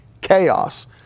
chaos